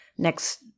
Next